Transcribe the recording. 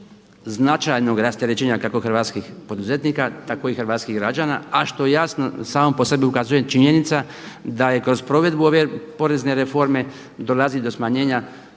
značajnog rasterećenja kako hrvatskih poduzetnika tako i hrvatskih građana, a što jasno samo po sebi ukazuje činjenica da je kroz provedbu ove porezne reforme dolazi do smanjenja